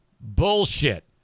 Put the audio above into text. bullshit